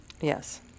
Yes